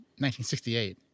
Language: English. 1968